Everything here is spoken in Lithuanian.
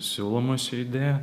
siūloma ši idėja